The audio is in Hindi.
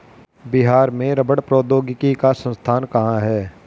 बिहार में रबड़ प्रौद्योगिकी का संस्थान कहाँ है?